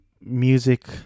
music